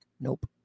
Nope